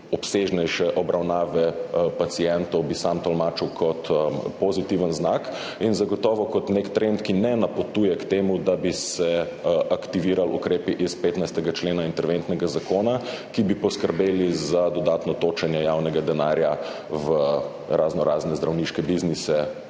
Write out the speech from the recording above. obsežnejše obravnave pacientov, bi sam tolmačil kot pozitiven znak in zagotovo kot nek trend, ki ne napotuje k temu, da bi se aktivirali ukrepi iz 15. člena interventnega zakona, ki bi poskrbeli za dodatno točenje javnega denarja v raznorazne zdravniške biznise,